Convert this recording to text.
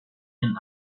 him